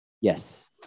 Yes